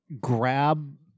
grab